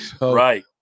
Right